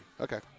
okay